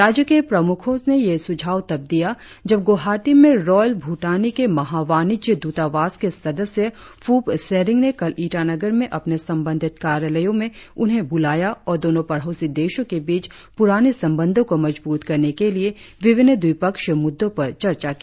राज्य के प्रमुखो ने यह सुझाव तब दिया जब गुवाहाटी में रॉयल भूटानी के महावाणिज्य दूतावास के सदस्य फुब शेरिंग ने कल ईटानगर में अपने संबंधित कार्यालयों में उन्हें बुलाया और दोनो पड़ोसी देशो के बीच पुराने संबंधो को मजबूत करने के लिए विभिन्न द्विपक्षीय मुद्दों पर चर्चा की